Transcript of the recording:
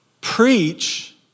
Preach